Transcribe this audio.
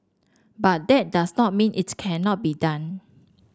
but that does not mean it cannot be done